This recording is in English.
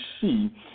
see